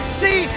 see